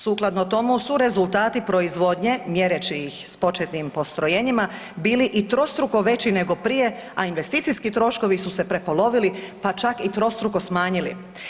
Sukladno tome su rezultati proizvodnje mjereći ih s početnim postrojenjima bili i trostruko veći nego prije, a investicijski troškovi su se prepolovili pa čak i trostruko smanjili.